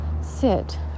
sit